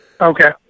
Okay